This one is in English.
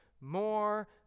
more